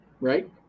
right